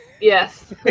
yes